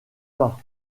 pas